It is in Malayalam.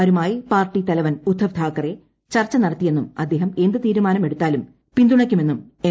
മാരുമായി പാർട്ടി തുല്വിൻ ഉദ്ദവ് താക്കറെ ചർച്ച നടത്തിയെന്നും അദ്ദേഹം എന്ത് തീരുമാനം എടുത്താലും പിന്തുണയ്ക്കുമെന്നും എം